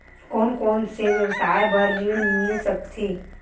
कोन कोन से व्यवसाय बर ऋण मिल सकथे?